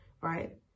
right